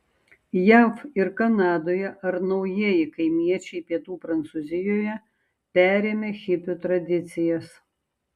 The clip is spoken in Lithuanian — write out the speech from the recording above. jav ir kanadoje ar naujieji kaimiečiai pietų prancūzijoje perėmę hipių tradicijas